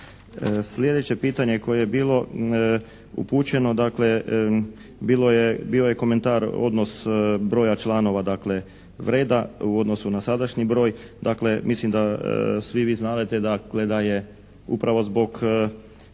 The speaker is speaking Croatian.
Sljedeće pitanje koje je bilo upućeno, dakle bio je komentar odnos broja članova, dakle vreda u odnosu na sadašnji broj, dakle mislim da svi vi znadete dakle da je upravo zbog